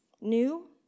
new